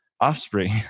offspring